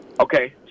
Okay